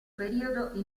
periodo